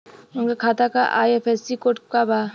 उनका खाता का आई.एफ.एस.सी कोड का बा?